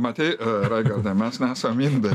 matei raigardai mes nesam indai